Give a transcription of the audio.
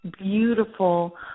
beautiful